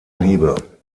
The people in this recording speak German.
liebe